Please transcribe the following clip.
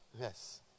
yes